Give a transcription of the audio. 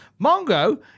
Mongo